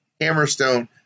Hammerstone